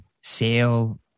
sale